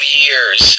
years